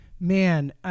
man